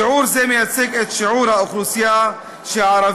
שיעור זה מייצג את שיעור האוכלוסייה שערבית